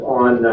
on